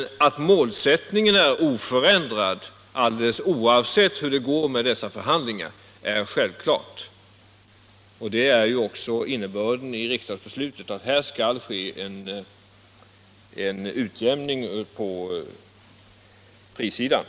Att målsättningen är oförändrad alldeles oavsett hur det går med dessa förhandlingar är självklart. Det är ju också innebörden i riksdagsbeslutet, att det skall ske en utjämning på prissidan.